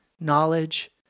knowledge